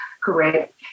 correct